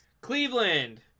Cleveland